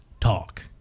talk